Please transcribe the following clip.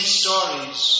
stories